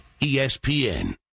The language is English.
ESPN